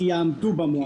כי יעמדו במועדים.